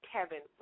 Kevin